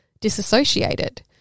disassociated